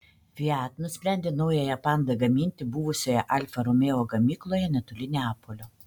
fiat nusprendė naująją panda gaminti buvusioje alfa romeo gamykloje netoli neapolio